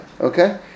Okay